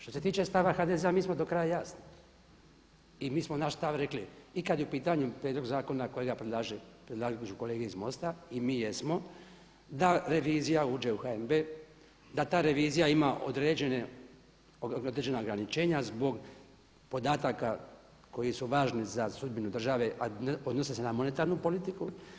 Što se tiče stava HDZ-a mi smo do kraja jasni i mi smo naš stav rekli i kad je u pitanju prijedlog zakona kojega predlažu kolege iz MOST-a i mi jesmo da revizija uđe u HNB, da ta revizija ima određena ograničenja zbog podataka koji su važni za sudbinu države, a odnose se na monetarnu politiku.